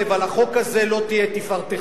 הכנסת מקלב, על החוק הזה לא תהיה תפארתכם.